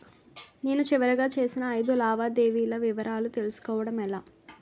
నేను చివరిగా చేసిన ఐదు లావాదేవీల వివరాలు తెలుసుకోవటం ఎలా?